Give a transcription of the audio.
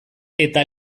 eta